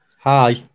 Hi